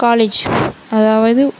college அதாவது